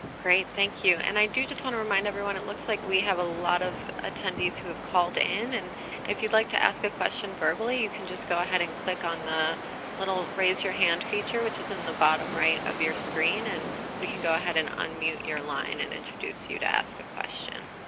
great. thank you. and i do just want to remind everyone, it looks like we have a lot of attendees who have called in and if you'd like to ask a question verbally, you can just go ahead and click on the little raise your hand feature which is in the bottom right of your screen. and we can go ahead and unmute your line and introduce you to ask a question.